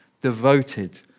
devoted